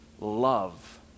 love